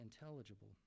intelligible